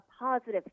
positive